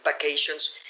vacations